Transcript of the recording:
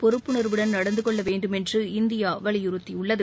பொறுப்புணர்வுடன் நடந்து கொள்ள வேண்டுமென்று இந்தியா வலியுறுத்தியுள்ளது